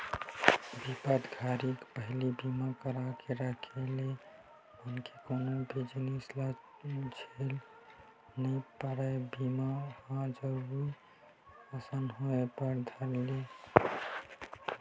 बिपत घरी के पहिली बीमा करा के राखे ले मनखे ल कोनो भी जिनिस के झेल नइ परय बीमा ह जरुरी असन होय बर धर ले